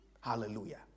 Hallelujah